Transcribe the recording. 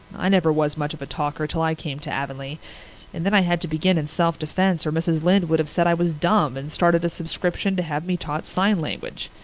i never was much of a talker till i came to avonlea and then i had to begin in self-defense or mrs. lynde would have said i was dumb and started a subscription to have me taught sign language.